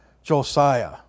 Josiah